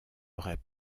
aurait